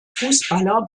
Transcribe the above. fußballer